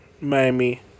Miami